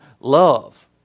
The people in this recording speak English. love